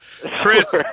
Chris